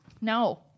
No